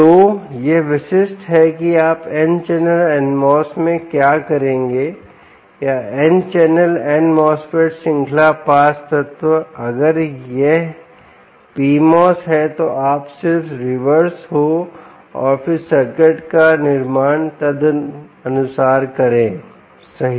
तो यह विशिष्ट है कि आप n चैनल NMOS में क्या करेंगे या n चैनल n MOSFET श्रृंखला पास तत्व अगर यह PMOS है तो आप सिर्फ रिवर्स हो और फिर सर्किट का निर्माण तदनुसार करें सही